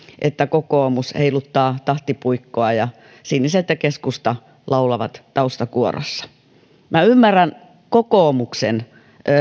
että kokoomus heiluttaa tahtipuikkoa ja siniset ja keskusta laulavat taustakuorossa ymmärrän kokoomuksen